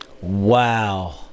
Wow